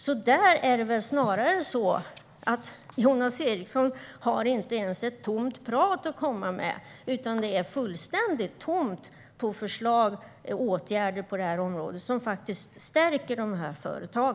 Här är det snarare så att Jonas Eriksson inte ens har tomt prat att komma med, utan här är det fullständigt tomt på förslag och åtgärder som stärker dessa företag.